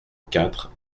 quatre